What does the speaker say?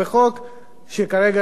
שכרגע לא מוסדרת,